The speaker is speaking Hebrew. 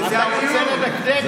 אתה רוצה לדקדק,